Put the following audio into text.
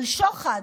על שוחד?